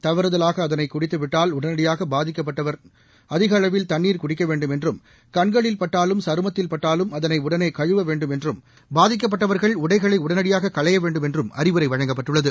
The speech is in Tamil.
தவறுதலாகஅதைக்குடித்துவிட்டால் உடனடியாகபாதிக்கப்பட்டவர் நிறையதண்ணீர் குடிக்கவேண்டும் என்றும் கண்களில் பட்டாலும்சருமத்தில் பட்டாலும் அதனைஉடனேகழுவவேண்டும் என்றும் பாதித்தவர்களின் உடைகளைக் கழற்றிவிடவேண்டும் என்றும் அறிவுரைவழங்கப்பட்டுள்ளது